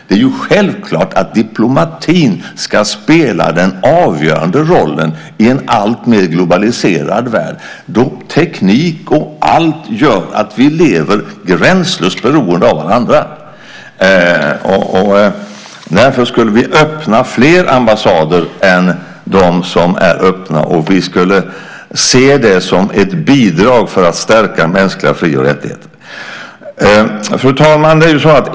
Det är självklart att diplomatin ska spela den avgörande rollen i en alltmer globaliserad värld där teknik och allt gör att vi lever gränslöst beroende av varandra. Därför skulle vi öppna fler ambassader än de som är öppna och se detta som ett bidrag för att stärka mänskliga fri och rättigheter. Fru talman!